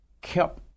kept